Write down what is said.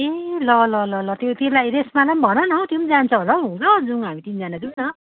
ए ल ल ल ल त्यो त्यसलाई रेसमालाई पनि भन न हौ त्यो पनि जान्छ होला हौ ल जाऊँ हामी तिनजना जाऊँ न